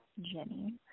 Jenny